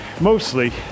mostly